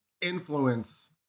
influence